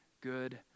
good